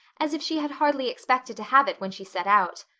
as if she had hardly expected to have it when she set out.